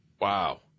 Wow